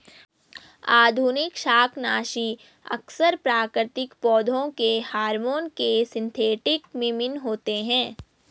आधुनिक शाकनाशी अक्सर प्राकृतिक पौधों के हार्मोन के सिंथेटिक मिमिक होते हैं